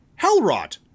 Hellrot